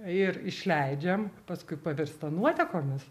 ir išleidžiam paskui pavirsta nuotekomis